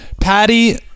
Patty